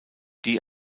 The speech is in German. die